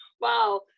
wow